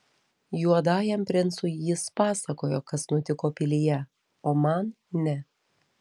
juodajam princui jis pasakojo kas nutiko pilyje o man ne